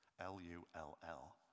L-U-L-L